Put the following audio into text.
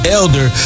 elder